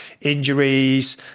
injuries